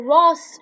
Ross